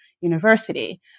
University